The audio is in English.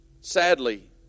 Sadly